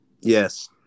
Yes